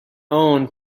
own